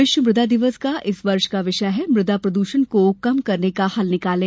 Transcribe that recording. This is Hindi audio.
विश्व मृदा दिवस का इस वर्ष का विषय है मृदा प्रदूषण को कम करने का हल निकालें